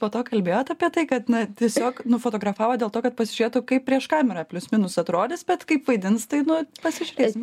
po to kalbėjot apie tai kad na tiesiog nufotografavo dėl to kad pasižiūrėtų kaip prieš kamerą plius minus atrodys bet kaip vaidins tai nu pasižiūrėsim